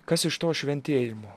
kas iš to šventėjimo